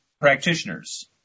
practitioners